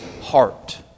heart